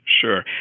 Sure